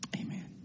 Amen